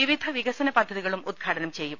വിവിധ വികസന പദ്ധതികളും ഉദ്ഘാടനം ചെയ്യും